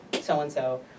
so-and-so